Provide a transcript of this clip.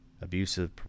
Abusive